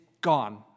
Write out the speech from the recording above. gone